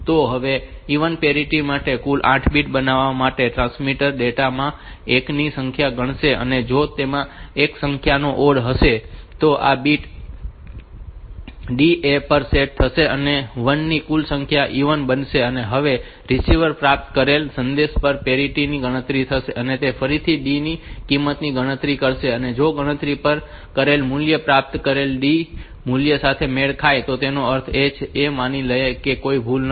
તો હવે even parity માટે કુલ 8 બીટ બનાવવા માટે ટ્રાન્સમીટર ડેટા માં 1 ની સંખ્યા ગણશે અને જો તેમાં 1 ની સંખ્યા ઓડ હશે તો આ બીટ D એ 1 પર સેટ થશે અને 1 ની કુલ સંખ્યાને ઇવન બનાવશે અને હવે રીસીવર પ્રાપ્ત કરેલ સંદેશ પર પેરીટી ની ગણતરી કરશે અને તે ફરીથી D ની કિંમતની ગણતરી કરશે અને જો ગણતરી કરેલ મૂલ્ય પ્રાપ્ત કરેલ D મૂલ્ય સાથે મેળ ખાય તો તેનો અર્થ એ કે તે માની લેશે કે ત્યાં કોઈ ભૂલ નથી